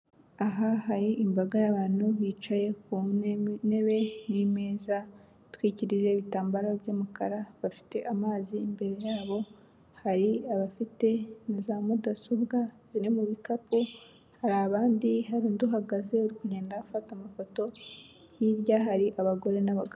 Aha hari imbaga y'abantu bicaye ku ntebe n'ameza atwikirijwe n'ibitambaro by'umukara, bafite amazi imbere yabo, hari abafite za mudasobwa ziri mu bikapu, hari abandi hari undi uhagaze uri kugenda afata amafoto, hirya hari abagore n'abagabo.